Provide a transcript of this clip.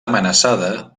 amenaçada